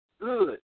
Good